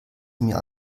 mir